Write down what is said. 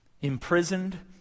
Imprisoned